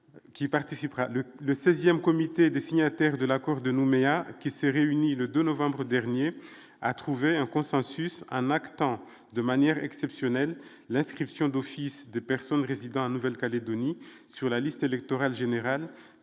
le XVIe comité des signataires de l'accord de Nouméa, qui s'est réuni le 2 novembre dernier à trouver un consensus, un Mac tant de manière exceptionnelle, l'inscription d'office des personnes résidant en Nouvelle-Calédonie sur la liste électorale générale